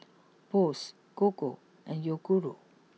Bose Gogo and Yoguru